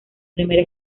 primera